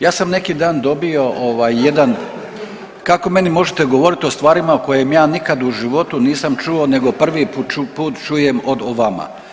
Ja sam neki dan dobio jedan, kako meni možete govoriti o stvarima o kojem ja nikad u životu nisam čuo nego prvi put čujem o vama?